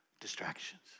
Distractions